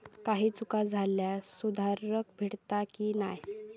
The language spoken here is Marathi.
काही चूक झाल्यास सुधारक भेटता की नाय?